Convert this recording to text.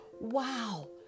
wow